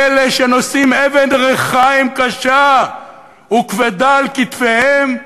אלה שנושאים אבן ריחיים קשה וכבדה על כתפיהם.